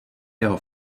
jeho